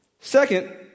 Second